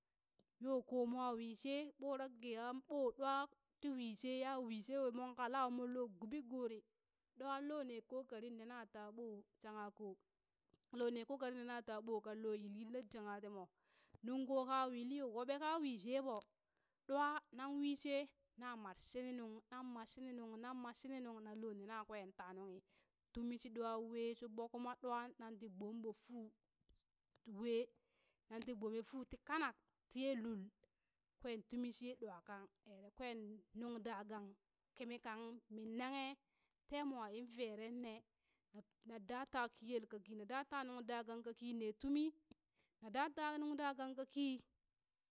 Yoo ko mwa wishe ɓurak aŋ ɓoo ɗwan ti wishe ya wishe yoo, mon kalau mon loo guɓi guri, ɗwa lo ne kokari nena ta ɓoo shagha ko lo ne kokari nena ta ɓo kallo yili la shangha ti moo, nuŋ ko ka wili yo woɓe ka wishe ɓo, ɗwa nan wii shee na mar shini nuŋ na ma shini nun nan lo nena kwen taa nunghi, tumi shi ɗwa wee shubɓo kuma ɗwa nan ti gbomɓo fuu tu wee nanti gbome fuu ti kanak ti ye lul kwen tumi shiye ɗwa kan ere kwen nuŋ da gang kimi kan min naghe temua in veren ne na na daa taa kiyel kaki na daa nuŋ da gang kaki ne tumi, na daa ta nung da gang ka ki,